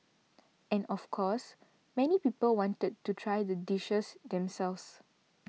and of course many people wanted to try the dishes themselves